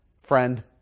Friend